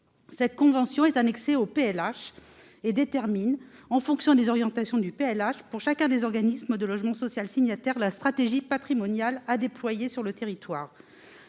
que la convention soit annexée au PLH et qu'elle détermine, en fonction des orientations de celui-ci pour chacun des organismes de logement social signataires, la stratégie patrimoniale à déployer sur le territoire.